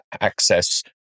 access